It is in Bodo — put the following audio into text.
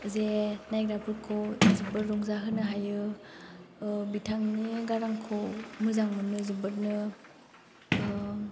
जे नायग्राफोरखौ जोबोर रंजाहोनो हायो बिथांनि गारांखौ मोजां मोनो जोबोरनो